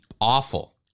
awful